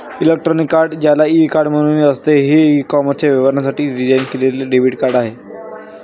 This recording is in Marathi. इलेक्ट्रॉनिक कार्ड, ज्याला ई कार्ड म्हणूनही असते, हे ई कॉमर्स व्यवहारांसाठी डिझाइन केलेले डेबिट कार्ड आहे